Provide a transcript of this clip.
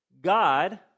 God